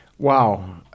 Wow